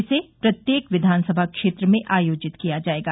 इसे प्रत्येक विधानसभा क्षेत्र में आयोजित किया जाएगा